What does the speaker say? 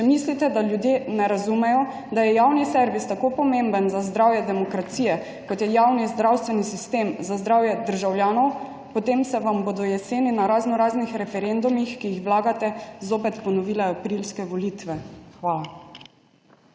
Če mislite, da ljudje ne razumejo, da je javni servis tako pomemben za zdravje demokracije, kot je javni zdravstveni sistem za zdravje državljanov, potem se vam bodo jeseni na raznoraznih referendumih, ki jih vlagate, zopet ponovile aprilske volitve. Hvala.